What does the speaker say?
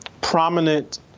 prominent